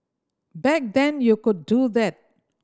back then you could do that